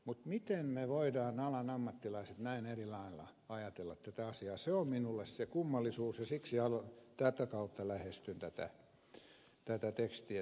mutta miten me alan ammattilaiset voimme näin eri lailla ajatella tästä asiasta se on minulle se kummallisuus ja siksi tätä kautta lähestyn tätä tekstiä